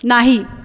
नाही